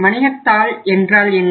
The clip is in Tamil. வணிகத்தாள் என்றால் என்ன